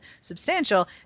substantial